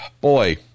boy